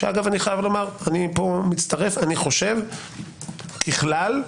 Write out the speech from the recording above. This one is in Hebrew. אני חושב ככלל,